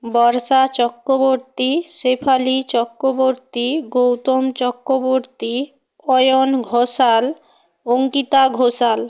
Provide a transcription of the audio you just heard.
Barsha Chakraborty Shefali Chakraborty Gautam Chakraborty Ayan Ghoshal Ankita Ghoshal